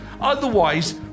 Otherwise